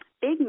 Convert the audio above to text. big